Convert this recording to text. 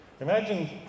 Imagine